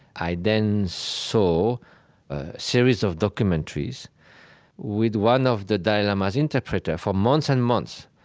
i then saw a series of documentaries with one of the dalai lama's interpreters for months and months,